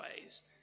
ways